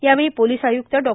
यावेळी पोलीस आयुक्त डॉ